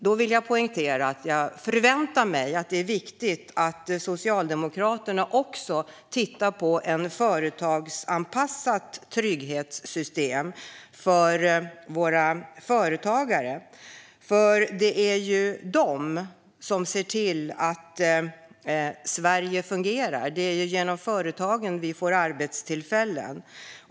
Då vill jag poängtera att jag förväntar mig att Socialdemokraterna också tittar på ett företagsanpassat trygghetssystem för våra företagare. Det är viktigt. Det är nämligen våra företagare som ser till att Sverige fungerar. Det är genom företagen som vi får arbetstillfällen.